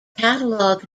catalog